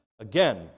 again